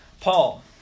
Paul